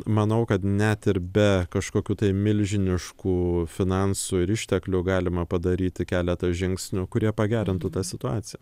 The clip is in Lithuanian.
manau kad net ir be kažkokių tai milžiniškų finansų ir išteklių galima padaryti keletą žingsnių kurie pagerintų tą situaciją